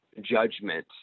judgment